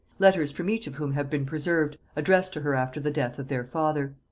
letters from each of whom have been preserved addressed to her after the death of their father.